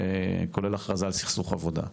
כולל הכרזה על סכסוך עבודה.